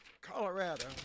Colorado